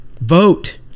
Vote